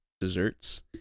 desserts